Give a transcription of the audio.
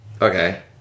Okay